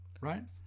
Right